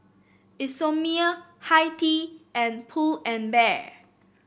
Isomil Hi Tea and Pull and Bear